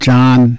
John